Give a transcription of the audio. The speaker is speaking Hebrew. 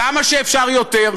כמה שאפשר יותר,